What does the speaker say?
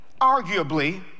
arguably